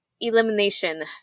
elimination